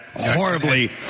horribly